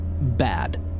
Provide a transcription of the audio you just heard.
bad